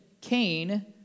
Cain